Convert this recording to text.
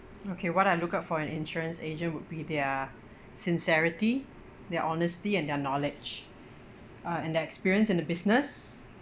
okay what I look out for in insurance agent would be their sincerity their honesty and their knowledge uh and their experience in the business